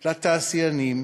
לתעשיינים,